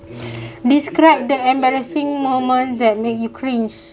describe the embarrassing moment that make you cringe